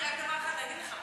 יש לי רק דבר אחד להגיד לך,